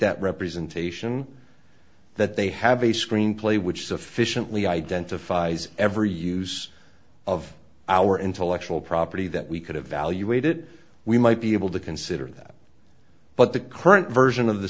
that representation that they have a screenplay which sufficiently identifies ever use of our intellectual property that we could evaluate it we might be able to consider that but the current version of the